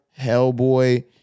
Hellboy